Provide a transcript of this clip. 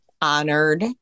honored